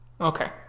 Okay